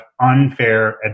unfair